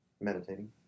Meditating